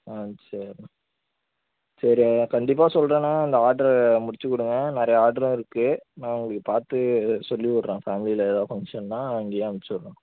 ஆ சரிண்ணா சரி கண்டிப்பாக சொல்றேண்ணா இந்த ஆர்டர் முடிச்சிக்கொடுங்க நிறைய ஆர்ட்ரும் இருக்குது நான் உங்களுக்கு பார்த்து சொல்லிவிடுறேன் ஃபேமிலியில் ஏதாவது ஃபங்க்ஷன்னால் அங்கையே அனுப்ச்சுவுட்றோம்